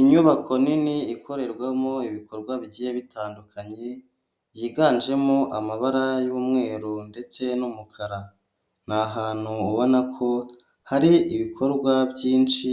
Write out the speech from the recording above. Inyubako nini ikorerwamo ibikorwa bigiye bitandukanye, yiganjemo amabara y'umweru ndetse n'umukara, ni ahantu ubona ko hari ibikorwa byinshi